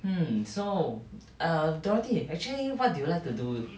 hmm so err dorothy actually what do you like to do